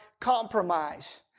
compromise